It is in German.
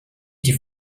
die